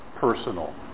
personal